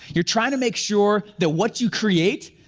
you're trying to make sure that what you create,